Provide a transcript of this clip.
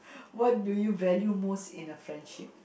what do you value most in a friendship